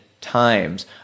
times